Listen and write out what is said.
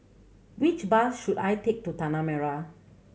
which bus should I take to Tanah Merah